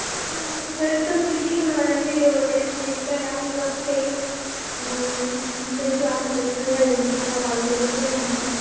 जर तुम्ही ठीक आहे मग मला व्हिडिओ वगैरे सेंड करा मी बघते मग भेटू आपण मी सांगाल मग तुम्हाला कॉल करून पुन्हा एकदा